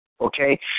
okay